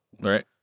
Right